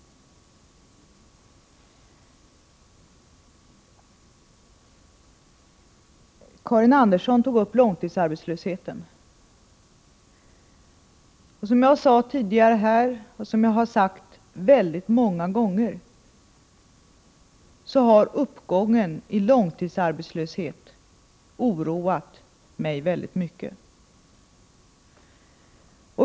Karin Andersson tog upp långtidsarbetslösheten. Som jag sade tidigare här och som jag har sagt många gånger förut, så har uppgången i långtidsarbetslöshet oroat mig väldigt mycket.